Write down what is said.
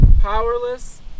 powerless